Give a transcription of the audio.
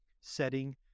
setting